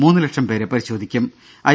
മൂന്നുലക്ഷം പേരെ പരിശോധിക്കും ഐ